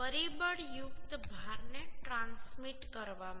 પરિબળયુક્ત ભારને ટ્રાન્સમિટ કરવા માટે